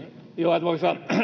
arvoisa